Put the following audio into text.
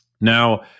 Now